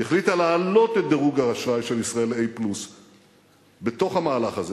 היא החליטה להעלות את דירוג האשראי של ישראל ל-A+ בתוך המהלך הזה.